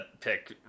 pick